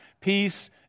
peace